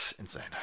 insane